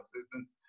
assistance